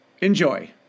Enjoy